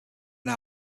are